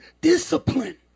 discipline